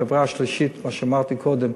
החברה השלישית, כפי שאמרתי קודם,